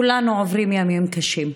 כולנו עוברים ימים קשים,